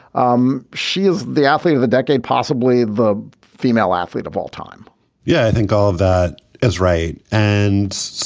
um she is the athlete of the decade, possibly the female athlete of all time yeah, i think all of that is right. and,